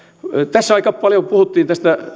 tässä aika paljon puhuttiin